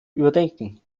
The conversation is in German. überdenken